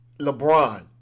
LeBron